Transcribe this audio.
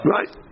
Right